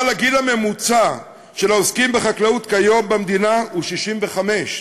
אבל הגיל הממוצע של העוסקים בחקלאות כיום במדינה הוא 65,